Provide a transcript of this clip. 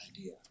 idea